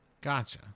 Gotcha